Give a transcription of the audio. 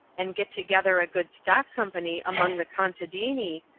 and get together a good stock company among the contadini,